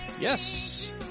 Yes